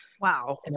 Wow